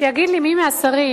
שיגיד לי מי מהשרים